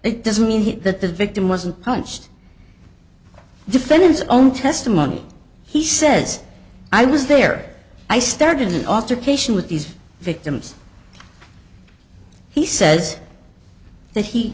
it doesn't mean that the victim wasn't punched defendant's own testimony he says i was there i started an altercation with these victims he says that he